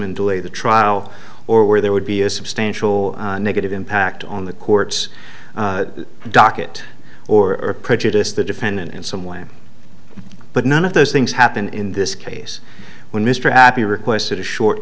and delay the trial or where there would be a substantial negative impact on the court's docket or prejudiced the defendant in some way but none of those things happened in this case when mr happy requested a short